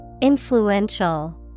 Influential